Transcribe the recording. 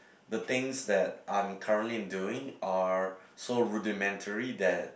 the things that I'm currently doing are so rudimentary that